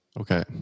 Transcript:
Okay